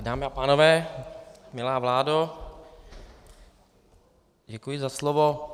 Dámy a pánové, milá vládo, děkuji za slovo.